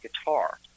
guitar